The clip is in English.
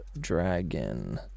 dragon